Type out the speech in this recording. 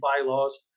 bylaws